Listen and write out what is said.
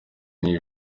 n’ibi